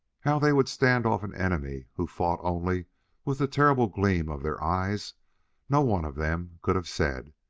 how they would stand off an enemy who fought only with the terrible gleam of their eyes no one of them could have said.